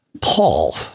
Paul